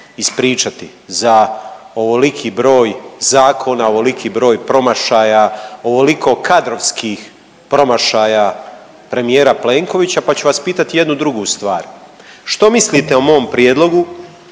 ispričati za ovoliki broj zakona, ovoliki broj promašaja, ovoliko kadrovskih promašaja premijera Plenkovića, pa ću vas pitati jednu drugu stvar. Što mislite o mom prijedlogu